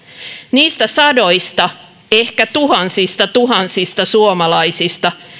niistä sadoista ehkä tuhansista tuhansista suomalaisista